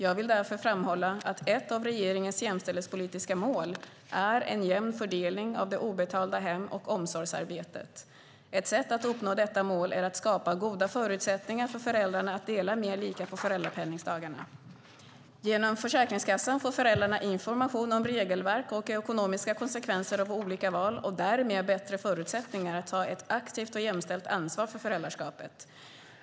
Jag vill därför framhålla att ett av regeringens jämställdhetspolitiska mål är en jämn fördelning av det obetalda hem och omsorgsarbetet. Ett sätt att uppnå detta mål är att skapa goda förutsättningar för föräldrarna att dela mer lika på föräldrapenningsdagarna. Genom Försäkringskassan får föräldrarna information om regelverk och ekonomiska konsekvenser av olika val och därmed bättre förutsättningar att ta ett aktivt och jämställt ansvar för föräldraskapet.